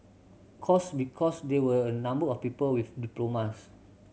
course because there were a number of people with diplomas